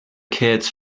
kids